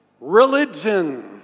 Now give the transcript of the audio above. religion